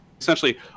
essentially